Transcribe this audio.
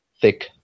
thick